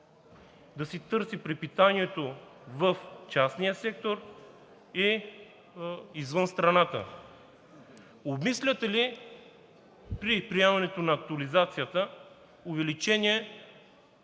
да си търси препитанието в частния сектор и извън страната? Обмисляте ли при приемането на актуализацията увеличение